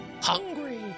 hungry